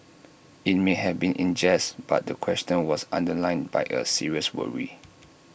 IT may have been in jest but the question was underlined by A serious worry